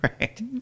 right